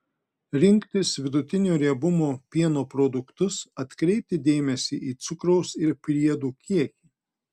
rinktis vidutinio riebumo pieno produktus atkreipti dėmesį į cukraus ir priedų kiekį